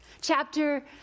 Chapter